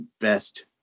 best